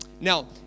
Now